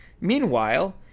Meanwhile